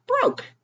broke